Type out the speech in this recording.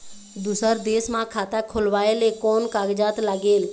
दूसर देश मा खाता खोलवाए ले कोन कागजात लागेल?